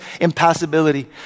Impassibility